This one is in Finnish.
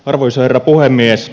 arvoisa herra puhemies